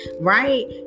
Right